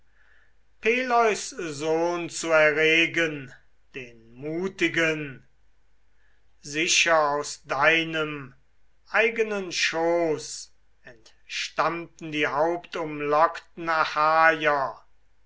sohn zu erregen den mutigen sicher aus deinem eigenen schoß entstammten die hauptumlockten